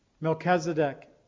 Melchizedek